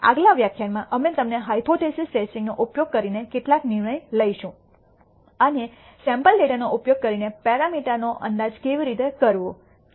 આગલા વ્યાખ્યાનમાં અમે તમને હાયપોથેસિસ ટેસ્ટિંગ નો ઉપયોગ કરીને કેટલાક નિર્ણય લઈશું અને સેમ્પલ ડેટાનો ઉપયોગ કરીને પેરામીટર નો અંદાજ કેવી રીતે કરવો તે